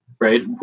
right